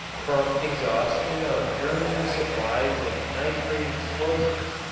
from exhaustion of germany's supplies of nitrate explosives,